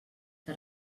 que